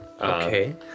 okay